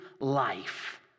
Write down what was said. life